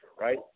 right